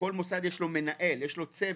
לכל מוסד יש מנהל, יש לו צוות.